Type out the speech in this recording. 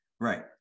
Right